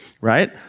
Right